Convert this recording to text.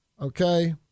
Okay